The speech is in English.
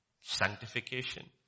sanctification